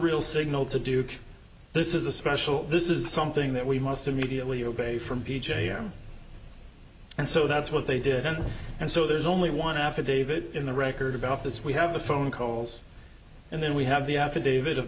real signal to do this is a special this is something that we must immediately obey from p j r and so that's what they did and so there's only one affidavit in the record about this we have the phone calls and then we have the affidavit of